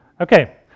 Okay